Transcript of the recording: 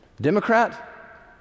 Democrat